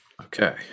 Okay